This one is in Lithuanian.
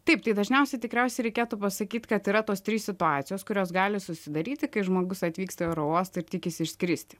taip tai dažniausiai tikriausiai reikėtų pasakyt kad yra tos trys situacijos kurios gali susidaryti kai žmogus atvyksta į oro uostą ir tikisi išskristi